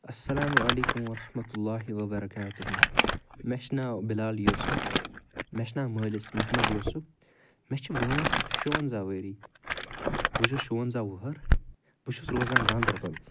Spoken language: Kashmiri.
اَلسَلامُ علیکُم وَرَحمَتہ اللہِ وَبَرَکاتُہٗ مےٚ چھُ ناو بلال یوٗسُف مےٚ چھُ ناو مٲلِس محمد یوٗسُف مےٚ چھِ وٲنٛس شُوَنزاہ ؤری بہٕ چھُس شُوَنزاہ وُہر بہٕ چھُس روزان گاندَربَل